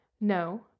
No